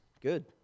Good